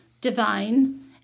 Divine